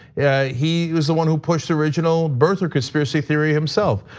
yeah he was the one who pushed the original birther conspiracy theory himself.